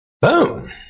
Boom